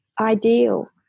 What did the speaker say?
ideal